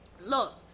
look